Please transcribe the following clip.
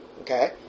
Okay